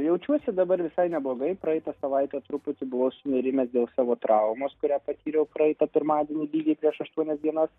jaučiuosi dabar visai neblogai praeitą savaitę truputį buvau sunerimęs dėl savo traumos kurią patyriau praeitą pirmadienį lygiai prieš aštuonias dienas